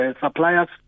suppliers